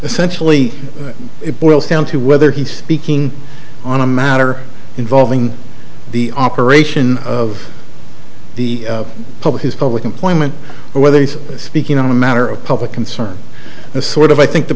essentially it boils down to whether he's speaking on a matter involving the operation of the public his public employment or whether he's speaking on a matter of public concern a sort of i think the